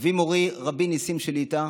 אבי מורי רבי נסים שליט"א,